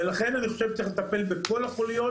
לכן, אני חושב שצריך לטפל בכל החוליות.